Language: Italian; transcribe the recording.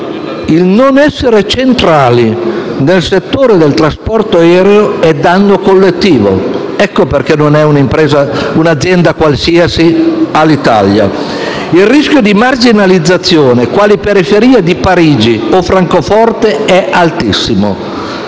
Il non essere centrali nel settore del trasporto aereo è un danno collettivo, ecco perché Alitalia non è un'azienda qualsiasi. Il rischio di marginalizzazione quale periferia di Parigi o Francoforte è altissimo.